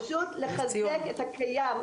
פשוט לחזק את הקיים,